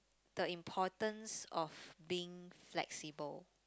the importance of being flexible